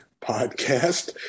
Podcast